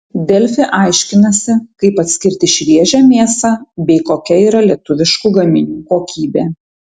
delfi aiškinasi kaip atskirti šviežią mėsą bei kokia yra lietuviškų gaminių kokybė